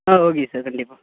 ஆ okay sir கண்டிப்பாக